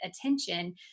attention